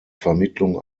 vermittlung